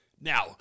Now